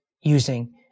using